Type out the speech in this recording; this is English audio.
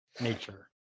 Nature